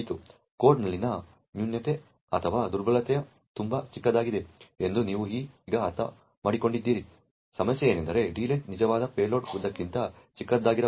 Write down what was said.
ಕೋಡ್ನಲ್ಲಿನ ನ್ಯೂನತೆ ಅಥವಾ ದುರ್ಬಲತೆಯು ತುಂಬಾ ಚಿಕ್ಕದಾಗಿದೆ ಎಂದು ನೀವು ಈಗ ಅರ್ಥಮಾಡಿಕೊಳ್ಳುತ್ತೀರಿ ಸಮಸ್ಯೆಯೆಂದರೆ d length ನಿಜವಾದ ಪೇಲೋಡ್ ಉದ್ದಕ್ಕಿಂತ ಚಿಕ್ಕದಾಗಿರಬಹುದು